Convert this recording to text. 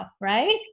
right